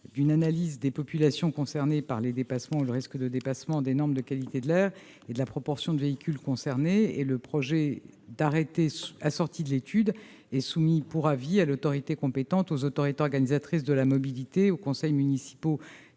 d'une analyse des populations concernées par le risque de dépassement des normes de qualité de l'air, mais aussi de la proportion de véhicules concernés. Le projet d'arrêté, assorti de l'étude, est soumis pour avis à l'autorité compétente, aux autorités organisatrices de la mobilité, aux conseils municipaux